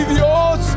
Dios